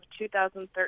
2013